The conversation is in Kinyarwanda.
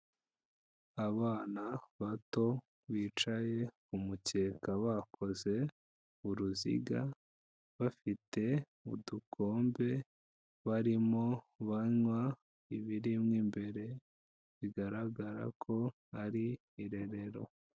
Abana bato bicaye ku mukeka bakoze uruziga, bafite udukombe, barimo banywa ibiri mo mbere, bigaragara ko ari Irerero.